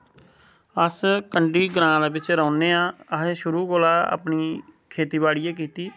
अस कंढी ग्रांऽ दे बिच्च रौह्ने आं असें शुरू कोला गै अपनी खेत्ती बाड़ी गै कीती